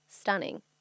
stunning